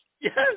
Yes